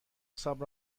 حساب